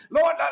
Lord